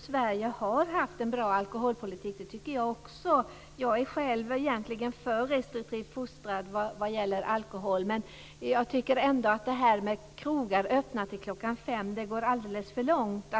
Sverige har haft en bra alkoholpolitik, det tycker även jag. Jag är själv egentligen för restriktivt fostrad vad gäller alkohol, men jag tycker ändå att det här med krogar öppna till kl. 5 går alldeles för långt.